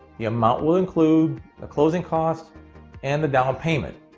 the amount will include the closing cost and the down payment.